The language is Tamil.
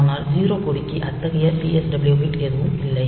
ஆனால் 0 கொடிக்கு அத்தகைய PSW பிட் எதுவும் இல்லை